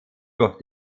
durch